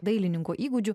dailininko įgūdžių